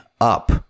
up